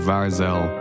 Varzel